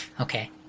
Okay